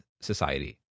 society